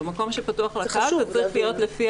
במקום שפתוח לקהל זה צריך להיות לפי